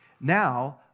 Now